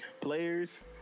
players